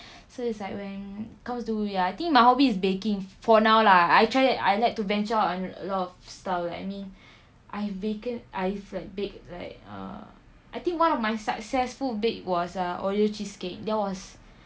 so it's like when comes to ya I think my hobby is baking for now lah I try I like to venture out on a lot of stuff like I mean I vacant I used to like bake like ah I think one of my successful bake was a oreo cheesecake that was